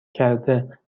کرده